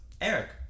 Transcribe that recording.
Eric